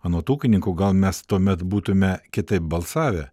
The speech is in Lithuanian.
anot ūkininko gal mes tuomet būtume kitaip balsavę